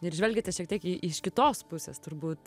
ir žvelgiate šiek tiek į iš kitos pusės turbūt